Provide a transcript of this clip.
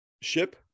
ship